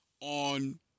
on